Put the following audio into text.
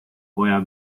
poja